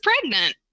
pregnant